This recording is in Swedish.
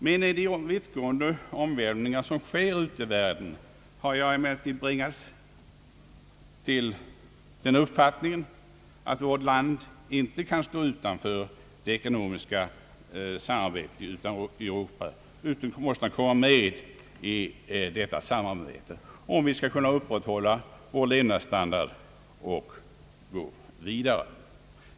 Men av de vittgående omvälvningar som sker i världen har jag bringats till den uppfattningen att vårt land inte kan stå utanför det ekonomiska samarbetet i Europa utan måste komma med i detta om vi skall kunna upprätthålla vår levnadsstandard och utveckla den vidare.